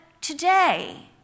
today